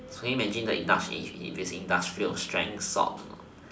can you imagine the industrial if it is the industrial strength salt a not